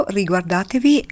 riguardatevi